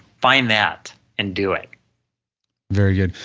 find that and do it very good.